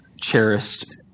cherished